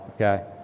okay